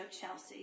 Chelsea